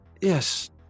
Yes